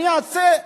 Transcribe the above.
אני אעשה.